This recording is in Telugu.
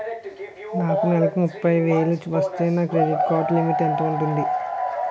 నాకు నెలకు ముప్పై వేలు వస్తే నా క్రెడిట్ కార్డ్ లిమిట్ ఎంత ఉంటాది?